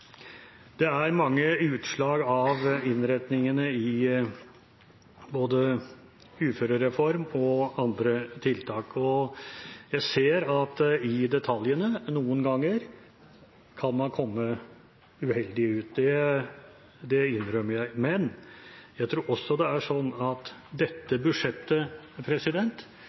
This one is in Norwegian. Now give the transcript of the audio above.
Det er mange utslag av innretningene i både uførereform og andre tiltak, og jeg ser at i detaljene kan man noen ganger komme uheldig ut. Det innrømmer jeg. Men jeg tror også det er sånn at dette budsjettet